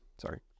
sorry